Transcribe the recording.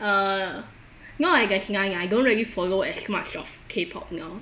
uh no ah there's none I don't really follow as much of K pop now